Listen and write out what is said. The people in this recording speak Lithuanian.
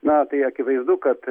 na tai akivaizdu kad